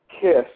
Kiss